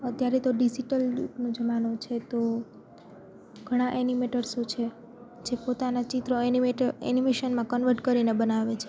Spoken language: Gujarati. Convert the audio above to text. અત્યારે તો ડીજીટલ યુગનો જમાનો છે તો ઘણા એનીમેટર્સો છે જે પોતાના ચિત્રો હવે એનિમેશનમાં કન્વર્ટ કરીને બનાવે છે